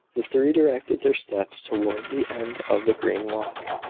the three directed their steps towards the end of the green walk,